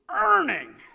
earning